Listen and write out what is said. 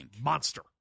monster